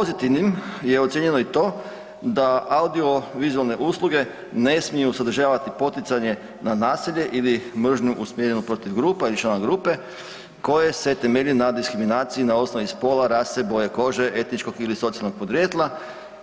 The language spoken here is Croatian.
Pozitivnim je ocijenjeno i to da audio-vizualne usluge ne smiju sadržavati poticanje na nasilje ili mržnju usmjerenu protiv grupa ili člana grupe koje se temelju na diskriminaciji na osnovi spola, rase, boje kože, etičkog ili socijalnog podrijetla,